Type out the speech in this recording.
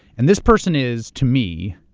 and this person is to me,